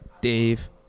Dave